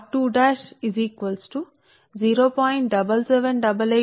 7788r 2 కు సమానం ఇది కిలోమీటరు కు మిల్లీ హెన్రీ సరే